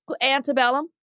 Antebellum